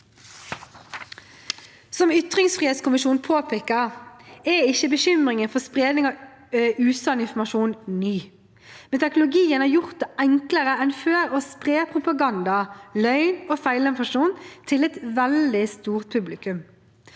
Som ytringsfrihetskommisjonen påpeker, er ikke bekymringen for spredning av usann informasjon ny, men teknologien har gjort det enklere enn før å spre propaganda, løgn og feilinformasjon til et veldig stort publikum.